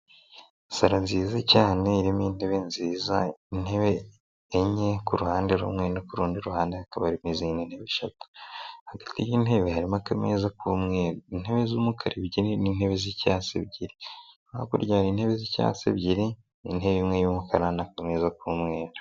Sare nziza cyane irimo intebe nziza, intebe enye ku ruhande rumwe, no kurundi ruhande hakaba harimo izindi eshatu, hagati y'intebe harimo akameza k'umweru intebe z'umukara ebyiri, n'intebe z'icyatsi ebyiri, hirya hari intebe z'icyatsi ebyiri, intebe imwe y'umukara n'akandi kameza k'umweru.